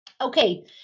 Okay